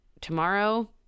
tomorrow